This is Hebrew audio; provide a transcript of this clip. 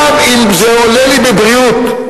גם אם זה עולה לי בבריאות.